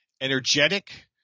Energetic